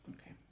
Okay